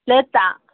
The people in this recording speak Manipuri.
ꯄ꯭ꯂꯦꯠꯇ